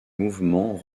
mouvement